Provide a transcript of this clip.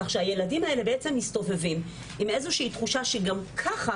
כך שהילדים האלה בעצם מסתובבים עם איזושהי תחושה שגם ככה